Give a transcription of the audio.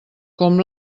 com